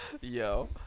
Yo